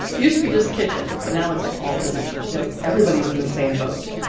used to be just kitchen, but now it's, like, all positions. you know, everybody's in the same boat.